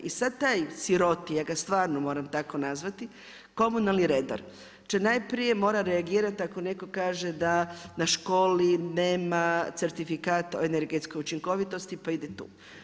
I sad taj siroti, ja ga stvarno moram tako nazvati, komunalni redar, će najprije morati reagirati, ako netko kaže da na školi nema certifikat o energetskoj učinkovitosti, pa ide tu.